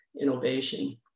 innovation